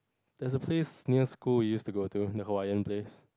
there's a place near school you used to go to the Hawaiian place